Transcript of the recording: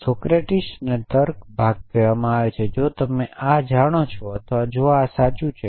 Socrates અને તર્ક ભાગ કહે છે કે જો તમે આ જાણો છો અથવા જો આ સાચું છે